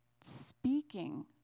speaking